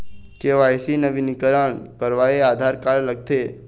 KYC नवीनीकरण करवाये Aadhaar card लगथे?